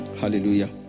Hallelujah